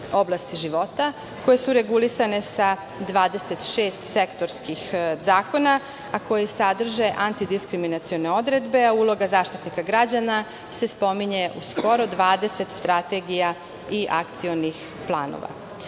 oblasti života koje su regulisane sa 26 sektorskih zakona, a koji sadrže antidiskriminacione odredbe. Uloga Zaštitnika građana se spominje u skoro 20 strategija i akcionih planova. Dodatni